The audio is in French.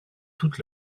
toutes